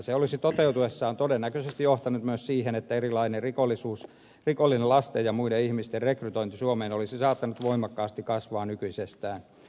se olisi toteutuessaan todennäköisesti johtanut myös siihen että erilainen rikollinen lasten ja muiden ihmisten rekrytointi suomeen olisi saattanut voimakkaasti kasvaa nykyisestään